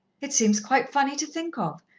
it seems quite funny to think of,